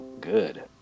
good